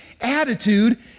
attitude